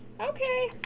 okay